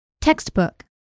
Textbook